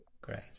Great